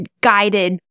guided